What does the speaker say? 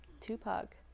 Tupac